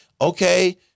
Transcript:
okay